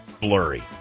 blurry